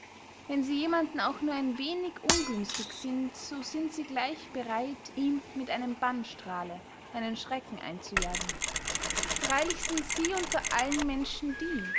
wenn sie jemanden auch nur ein wenig ungünstig sind so sind sie gleich bereit ihm mit einem bannstrahle einen schrecken einzujagen freylich sind sie unter allen menschen die